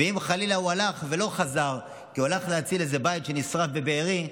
אם חלילה הוא הלך ולא חזר כי הוא הלך להציל בית שנשרף בבארי,